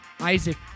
isaac